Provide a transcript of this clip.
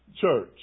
church